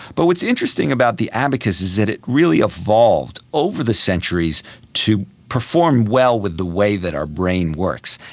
but what's interesting about the abacus is that it really evolved over the centuries to perform well with the way that our brain works,